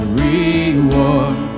reward